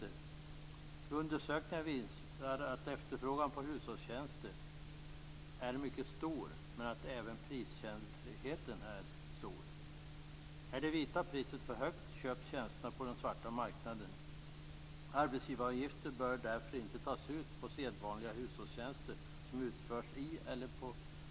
Undersökningar visar att efterfrågan på hushållstjänster är mycket stor och att även priskänsligheten är stor. Om det vita priset är för högt köps tjänsterna på den svarta marknaden. Arbetsgivaravgifter bör därför inte tas ut på sedvanliga hushållstjänster som utförs i/på huset eller på tomten.